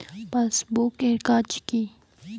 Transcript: Passbook এর কাজ কি?